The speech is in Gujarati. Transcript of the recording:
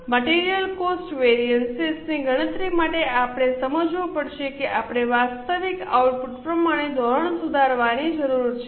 મટિરિયલ કોસ્ટ વેરિએન્સીસની ગણતરી માટે આપણે સમજવું પડશે કે આપણે વાસ્તવિક આઉટપુટ પ્રમાણે ધોરણ સુધારવાની જરૂર છે